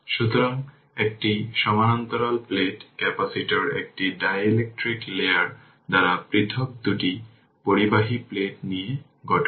সুতরাং একটি সমান্তরাল প্লেট ক্যাপাসিটর একটি ডাইলেকট্রিক লেয়ার দ্বারা পৃথক দুটি পরিবাহী প্লেট নিয়ে গঠিত